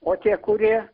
o tie kurie